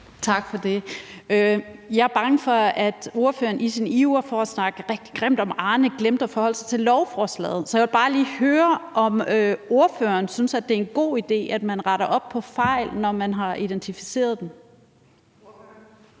Tak for det. Jeg er bange for, at ordføreren i sin iver for at snakke rigtig grimt om Arnepensionen glemte at forholde sig til lovforslaget, så jeg vil bare lige høre, om ordføreren synes, det er en god idé, at man retter op på fejl, når man har identificeret dem.